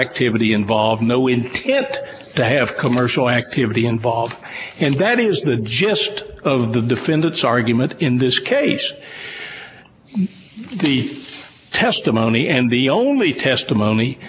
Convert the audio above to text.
activity involved no intent to have commercial activity involved and that is the gist of the defendant's argument in this case the testimony and the only testimony